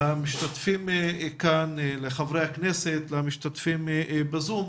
למשתתפים כאן, לחברי הכנסת, למשתתפים בזום.